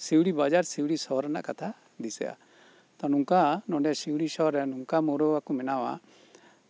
ᱥᱤᱣᱲᱤ ᱵᱟᱡᱟᱨ ᱥᱤᱣᱲᱤ ᱥᱚᱦᱚᱨ ᱨᱮᱱᱟᱜ ᱠᱟᱛᱷᱟ ᱫᱤᱥᱟᱹᱜᱼᱟ ᱛᱚ ᱱᱚᱠᱟ ᱱᱚᱰᱮ ᱥᱤᱣᱲᱤ ᱥᱚᱦᱚᱨ ᱨᱮ ᱱᱚᱠᱟ ᱢᱚᱣᱨᱚᱵᱵᱟ ᱠᱩ ᱵᱮᱱᱟᱣᱟ